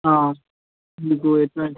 మీకు ఎట్లాంటి